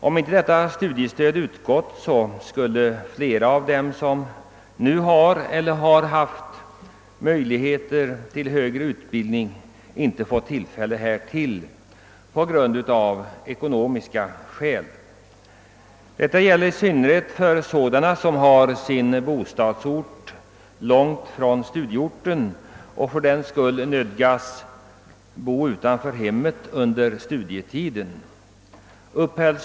Om inte detta studiestöd funnits, skulle många av dem som nu har eller som har haft möjligheter till högre utbildning inte ha kunnat genomgå någon sådan av ekonomiska skäl. Detta gäller i synnerhet för ungdomar som har sin hemort långt från studieorten och för den skull nödgas bo utanför hemmet under studietiden.